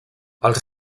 els